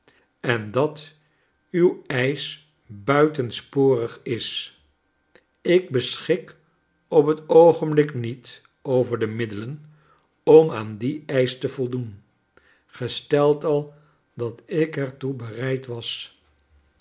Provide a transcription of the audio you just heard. en dat uw eisch buitensporig is ik beschik op het oogenblik niet over de middelen om aan dien eisch te voldoen gesteld al dat ik er toe bereid was